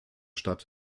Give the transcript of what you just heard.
stadt